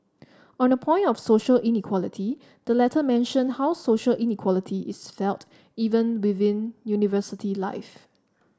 on the point of social inequality the letter mention how social inequality is felt even within university life